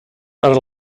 are